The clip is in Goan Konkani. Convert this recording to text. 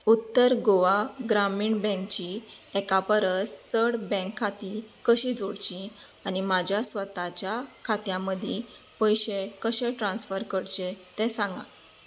उत्तर गोवा ग्रामीण बँकेचीं एका परस चड बँक खातीं कशीं जोडचीं आनी म्हज्या स्वताच्या खात्यां मदीं पयशे कशे ट्रान्स्फर करचे तें सांगा